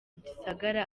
gisagara